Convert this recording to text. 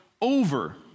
over